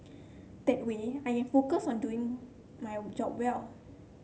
that way I can focus on doing my job well